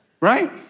right